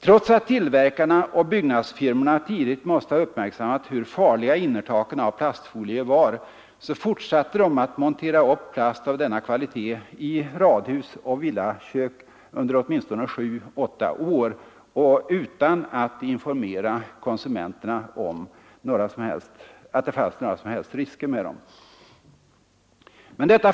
Trots att tillverkarna och byggnadsfirmorna tidigt måste ha uppmärksammat hur farliga innertaken av plastfolie var, fortsatte de att montera upp plast av denna kvalitet i radhusoch villakök under åtminstone sju åtta år utan att informera konsumenterna om att det fanns några risker.